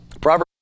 Proverbs